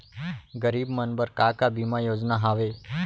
गरीब मन बर का का बीमा योजना हावे?